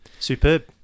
Superb